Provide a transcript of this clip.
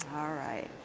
alright,